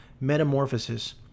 metamorphosis